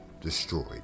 destroyed